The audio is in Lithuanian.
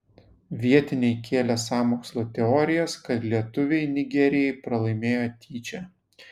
vietiniai kėlė sąmokslo teorijas kad lietuviai nigerijai pralaimėjo tyčia